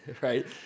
right